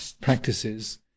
practices